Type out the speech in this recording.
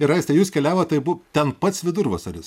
ir aiste jūs keliavot tai bu ten pats vidurvasaris